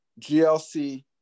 GLC